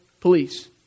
police